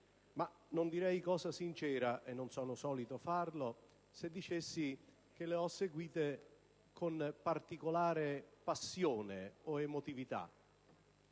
ma non direi cosa sincera - e non sono solito farlo - se dicessi che le ho seguite con particolare passione o emotività.